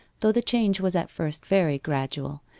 though the change was at first very gradual,